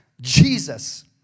Jesus